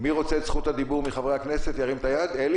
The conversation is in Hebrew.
אני קב"א